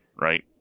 right